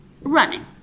running